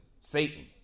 Satan